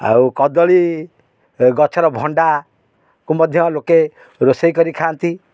ଆଉ କଦଳୀ ଗଛର ଭଣ୍ଡାକୁ ମଧ୍ୟ ଲୋକେ ରୋଷେଇ କରି ଖାଆନ୍ତି